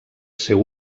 seu